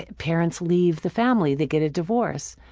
parents leave the family, they get a divorce,